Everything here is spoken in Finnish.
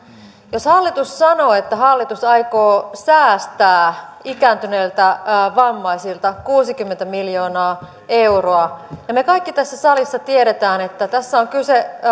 jos hallitus sanoo että hallitus aikoo säästää ikääntyneiltä vammaisilta kuusikymmentä miljoonaa euroa ja me kaikki tässä salissa tiedämme että tässä on kyse ryhmästä